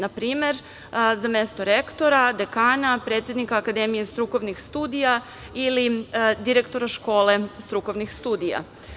Na primer, za mesto rektora, dekana, predsednika Akademije strukovnih studija ili direktora škole strukovnih studija.